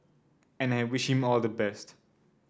and I wish him all the best